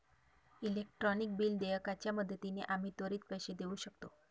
electronic bill देयकाच्या मदतीने आम्ही त्वरित पैसे देऊ शकतो